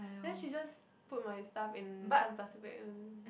then she just put my stuff in some plastic bag and